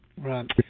Right